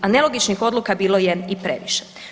A nelogičnih odluka bilo je i previše.